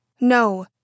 No